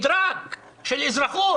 מדרג של אזרחות